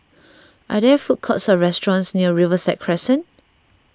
are there food courts or restaurants near Riverside Crescent